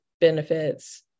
benefits